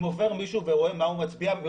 אם עובר מישהו ורואה מה הוא מצביע.